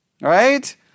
Right